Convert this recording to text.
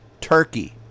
Turkey